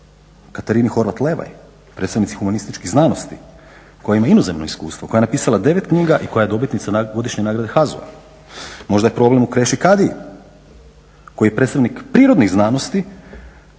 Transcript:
Katarini Horvat Levaj predstavnici humanističkih znanosti koja ima inozemno iskustvo, koja je napisala 9 knjiga i koja je dobitnica godišnje nagrade HAZU-a, možda je problem u Kreši Kadiji koji je predstavnik prirodnih znanosti